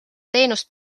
teenust